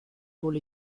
hol